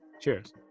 Cheers